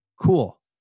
cool